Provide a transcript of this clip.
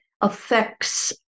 affects